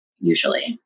usually